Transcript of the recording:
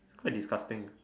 quite disgusting uh